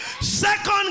second